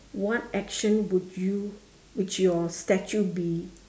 what action would you would your statue be